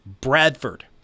Bradford